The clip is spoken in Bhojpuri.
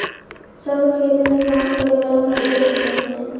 सब खेत में काम करे वाला मजदूर हउवन सन